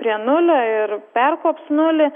prie nulio ir perkops nulį